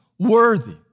Worthy